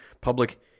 public